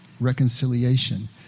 reconciliation